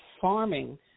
farming